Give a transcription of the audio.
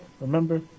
Remember